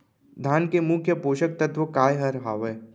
धान के मुख्य पोसक तत्व काय हर हावे?